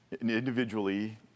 individually